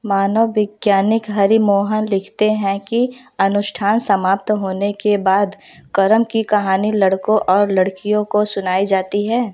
मानव वैज्ञानीक हरी मोहन लिखते हैं कि अनुष्ठान समाप्त होने के बाद करम की कहानी लड़कों और लड़कियों को सुनाई जाती है